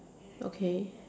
okay